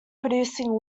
producing